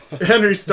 Henry